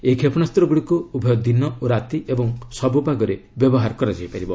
ଏହି କ୍ଷେପଣାସଗୁଡ଼ିକୁ ଉଭୟ ଦିନ ଓ ରାତି ଏବଂ ସବୁ ପାଗରେ ବ୍ୟବହାର କରାଯାଇପାରିବ